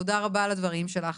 תודה רבה על הדברים שלך.